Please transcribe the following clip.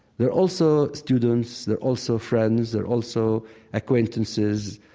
they're also students, they're also friends, they're also acquaintances.